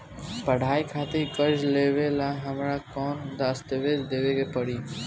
पढ़ाई खातिर कर्जा लेवेला हमरा कौन दस्तावेज़ देवे के पड़ी?